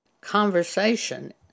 conversation